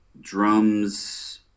drums